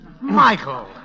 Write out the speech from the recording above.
Michael